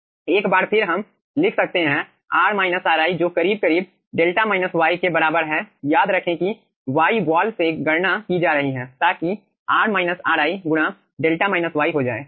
एक बार फिर हम लिख सकते हैं जो करीब करीब 𝛿 y के बराबर है याद रखें कि y वॉल से गणना की जा रही है ताकि 𝛿 y हो जाए